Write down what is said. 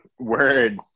word